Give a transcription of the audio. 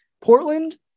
Portland